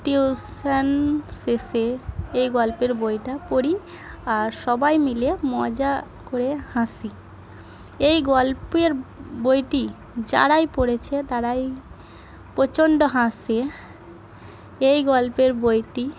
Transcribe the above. tuition শেষে এই গল্পের বইটা পড়ি আর সবাই মিলে মজা করে হাসি এই গল্পের বইটি যারাই পড়েছে তারাই প্রচণ্ড হাসে এই গল্পের বইটি